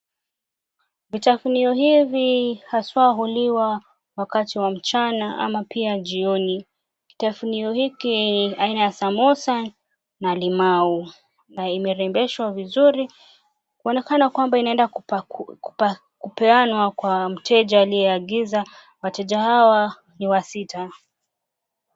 Vitafunio hivi haswa huliwa wakati wa mchana ama pia jioni. Kitafunio hiki, aina ya samosa na limau, na imerembeshwa vizuri kuonekana kwamba inaenda kupeanwa kwa mteja aliyeagiza. Wateja hawa ni wasita.